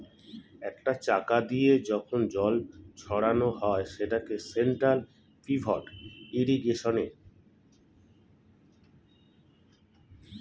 একটা চাকা দিয়ে যখন জল ছড়ানো হয় সেটাকে সেন্ট্রাল পিভট ইর্রিগেশনে